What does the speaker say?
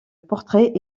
portrait